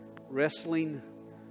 wrestling